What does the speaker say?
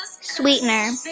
sweetener